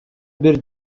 бир